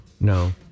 No